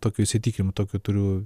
tokių įsitikinimų tokių turiu